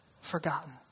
forgotten